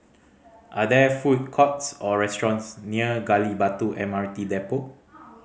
are there food courts or restaurants near Gali Batu M R T Depot